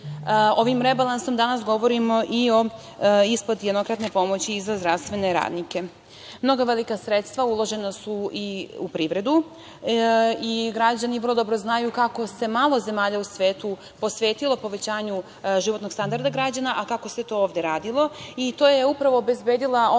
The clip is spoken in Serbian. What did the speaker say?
Ovim rebalansom danas govorimo i o isplati jednokratne pomoći i za zdravstvene radnike. Mnoga velika sredstva uložena su i u privredu. Građani vrlo dobro znaju kako se malo zemalja u svetu posvetilo povećanju životnog standarda građana, a kako se to ovde radilo i to je upravo obezbedila odgovorna